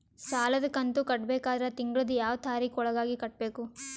ಸಾಲದ ಕಂತು ಕಟ್ಟಬೇಕಾದರ ತಿಂಗಳದ ಯಾವ ತಾರೀಖ ಒಳಗಾಗಿ ಕಟ್ಟಬೇಕು?